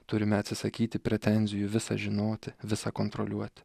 turime atsisakyti pretenzijų visa žinoti visa kontroliuoti